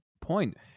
point